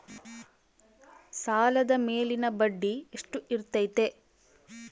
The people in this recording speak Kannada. ಸಾಲದ ಮೇಲಿನ ಬಡ್ಡಿ ಎಷ್ಟು ಇರ್ತೈತೆ?